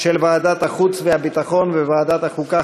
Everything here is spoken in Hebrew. של ועדת החוץ והביטחון וועדת החוקה,